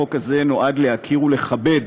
החוק הזה נועד להוקיר ולכבד